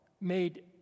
made